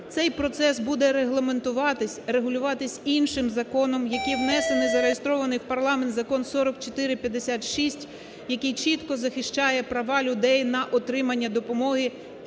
Цей процес буде регламентуватися, регулюватись іншим законом, який внесений і зареєстрований в парламент Закон 4456, який чітко захищає права людей на отримання допомоги